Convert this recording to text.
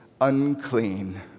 unclean